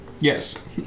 Yes